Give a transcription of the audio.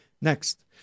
Next